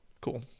cool